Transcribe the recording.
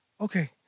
okay